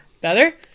Better